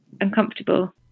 uncomfortable